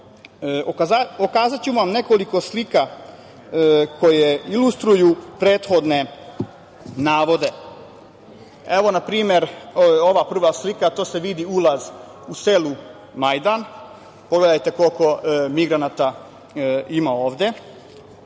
pokazaću vam nekoliko slika koje ilustruju prethodne navode. Evo, na primer, ova prva slika, to se vidi ulaz u selu Majdan. Pogledajte koliko migranata ima ovde.